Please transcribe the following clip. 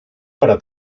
para